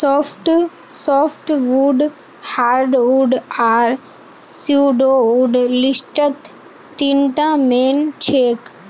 softwood hardwood आर pseudowood लिस्टत तीनटा मेन छेक